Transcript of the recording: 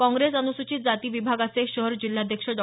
काँग्रेस अनुसूचित जाती विभागाचे शहर जिल्हाध्यक्ष डॉ